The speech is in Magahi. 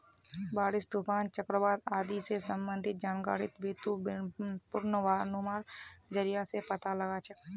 बारिश, तूफान, चक्रवात आदि स संबंधित जानकारिक बितु पूर्वानुमानेर जरिया स पता लगा छेक